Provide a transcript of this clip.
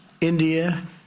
India